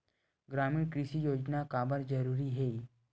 ग्रामीण कृषि योजना काबर जरूरी हे?